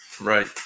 right